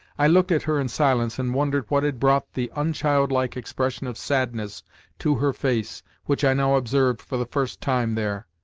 i looked at her in silence and wondered what had brought the unchildlike expression of sadness to her face which i now observed for the first time there.